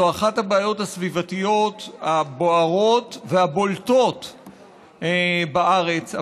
זו אחת הבעיות הסביבתיות הבוערות והבולטות בארץ,